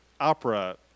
opera